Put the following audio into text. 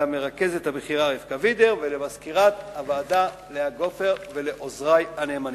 לרכזת הבכירה רבקה וידר ולמזכירת הוועדה לאה גופר ולעוזרי הנאמנים.